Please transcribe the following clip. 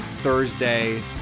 Thursday